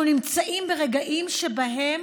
אנחנו נמצאים ברגעים שבהם